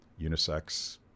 unisex